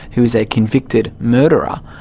who is a convicted murderer,